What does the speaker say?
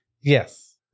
Yes